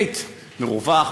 בית מרווח,